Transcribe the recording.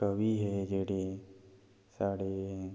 कवि हे जेह्ड़े साढ़े